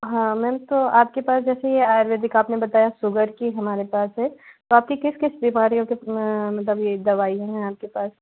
हाँ मैम तो आपके पास जैसे आयुर्वेदिक आपने बताया सुगर की हमारे पास है तो आपकी किस किस बीमारियों की मतलब ये दवाइयाँ हैं आपके पास